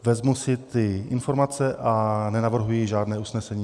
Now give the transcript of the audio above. Vezmu si ty informace a nenavrhuji žádné usnesení.